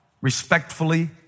respectfully